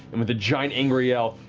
and with a giant, angry yell,